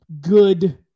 good